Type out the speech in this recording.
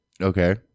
Okay